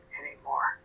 anymore